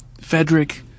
frederick